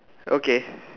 okay